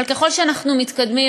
אבל ככל שאנחנו מתקדמים,